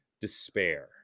despair